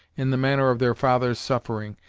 in the manner of their father's suffering,